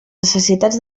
necessitats